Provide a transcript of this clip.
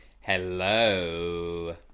Hello